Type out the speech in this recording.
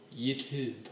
YouTube